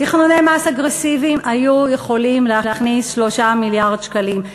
תכנוני מס אגרסיביים היו יכולים להכניס 3 מיליארד שקלים.